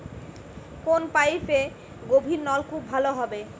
কোন পাইপে গভিরনলকুপ ভালো হবে?